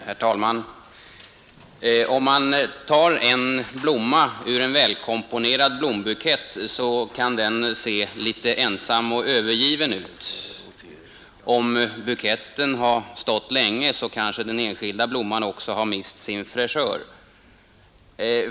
Herr talman! Om man tar en blomma ur en välkomponerad blombukett kan den se litet ensam och övergiven ut. Om buketten har stått länge kanske den enskilda blomman har mist sin fräschör.